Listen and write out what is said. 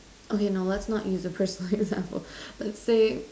okay no let's not use a personal example let's say